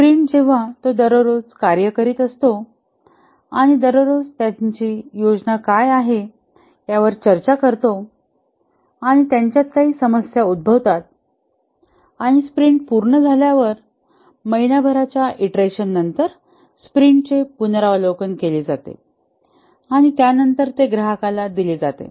sprint जेव्हा तो दररोज कार्य करीत असतो आणि दररोज त्यांची योजना काय आहे यावर चर्चा करतो आणि त्यांच्यात काही समस्या उद्भवतात आणि स्प्रिंट पूर्ण झाल्यावर महिन्याभराच्या ईंटरेशननंतर स्प्रिंटचे पुनरावलोकन केले जाते आणि त्यानंतर ते ग्राहकाला दिले जाते